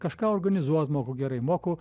kažką organizuot moku gerai moku